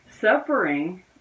Suffering